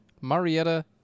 Marietta